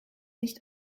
nicht